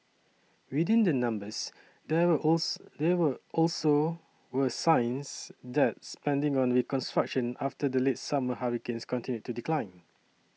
within the numbers there were there were also were signs that spending on reconstruction after the late summer hurricanes continued to decline